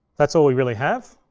that's all we really have.